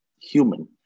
human